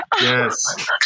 Yes